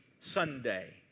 Sunday